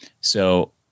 So-